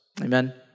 Amen